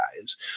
guys